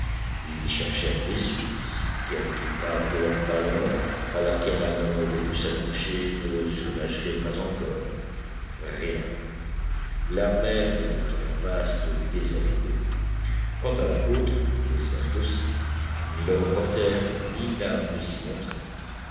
ils cherchèrent des yeux si quelque épave de leur ballon à laquelle un homme aurait pu s'accrocher ne surnagerait pas encore rien la mer n'était qu'un vaste désert d'eau quant à la côte déserte aussi ni le reporter ni nab ne s'y montraient